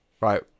Right